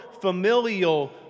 familial